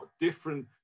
different